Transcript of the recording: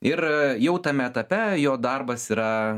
ir jau tame etape jo darbas yra